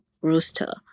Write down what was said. Rooster